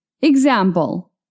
Example